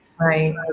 Right